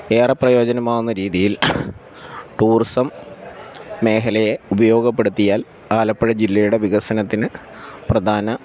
ഏറെ പ്രയോജനമാകുന്ന രീതിയിൽ ടൂറിസം മേഖലയെ ഉപയോഗപ്പെടുത്തിയാൽ ആലപ്പുഴ ജില്ലയുടെ വികസനത്തിന് പ്രധാന